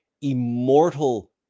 immortal